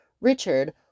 Richard